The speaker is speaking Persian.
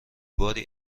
باری